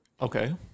Okay